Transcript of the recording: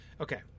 Okay